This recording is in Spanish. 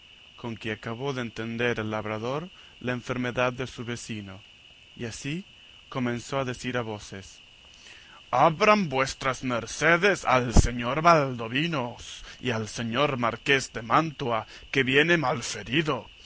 con que acabó de entender el labrador la enfermedad de su vecino y así comenzó a decir a voces abran vuestras mercedes al señor valdovinos y al señor marqués de mantua que viene